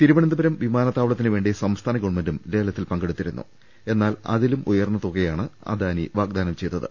തിരുവനന്തപുരം വിമാന ത്താവളത്തിന് വേണ്ടി സംസ്ഥാന ഗവൺമെന്റും ലേലത്തിൽ പങ്കെ ടുത്തിരുന്നു എന്നാൽ അതിലും ഉയർന്ന തുകയാണ് അദാനി വാഗ്ദാനം ചെയ്തത്